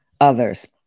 others